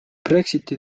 brexiti